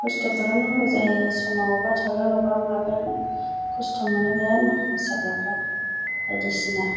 खस्त' खालामनांगौ जायो समाव अबावबा थांगोन अबावबा मागोन खस्त' मोनो बिराथनो मोसाग्राफ्रा बायदिसिना